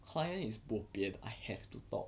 client is bo pian I have to talk